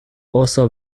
also